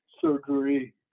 surgery